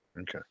okay